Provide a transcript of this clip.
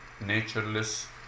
natureless